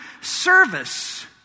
service